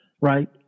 right